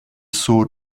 sword